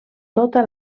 tota